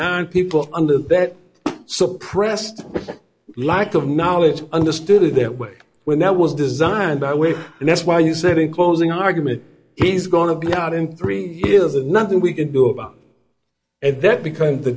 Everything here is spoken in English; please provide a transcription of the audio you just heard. nine people under that suppressed lack of knowledge understood in that way when that was designed that way and that's why you said in closing argument he's going to be out in three years and nothing we can do about it that bec